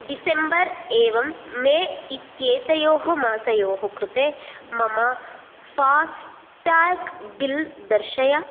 December एवं May इत्येतयोः मासयोः कृते मम फास्टाग् बिल् दर्शय